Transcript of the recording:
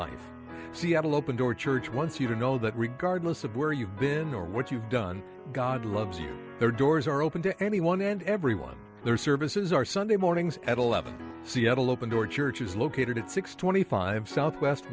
life seattle open door church once you know that regardless of where you've been or what you've done god loves you there doors are open to anyone and everyone their services are sunday mornings at eleven seattle open door church is located at six twenty five south west